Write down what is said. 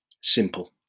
Simple